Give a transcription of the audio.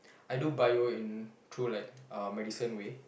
I do bio in through like uh medicine way